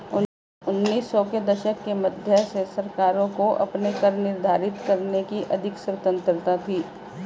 उन्नीस सौ के दशक के मध्य से सरकारों को अपने कर निर्धारित करने की अधिक स्वतंत्रता थी